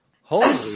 Holy